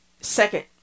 second